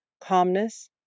calmness